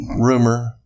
Rumor